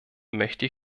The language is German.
möchte